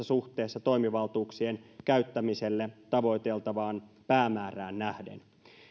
suhteessa toimivaltuuksien käyttämiselle tavoiteltavaan päämäärään nähden